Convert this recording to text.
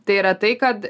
tai yra tai kad